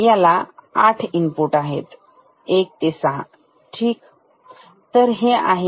यांना 8 इनपुट आहेत 1 2 3 4 5 6 7 8 ठीक